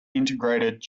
integrated